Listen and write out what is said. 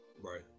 right